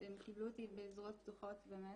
הם קיבלו אותו בזרועות פתוחות.